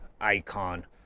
icon